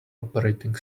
operating